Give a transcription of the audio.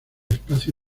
espacio